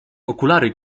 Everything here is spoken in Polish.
okulary